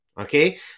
Okay